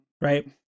Right